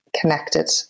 connected